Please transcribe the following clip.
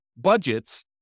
budgets